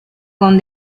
con